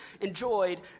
enjoyed